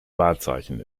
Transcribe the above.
wahrzeichen